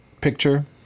picture